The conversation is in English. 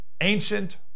Ancient